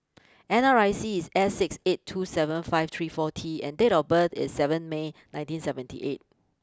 N R I C is S six eight two seven five three four T and date of birth is seven May nineteen seventy eight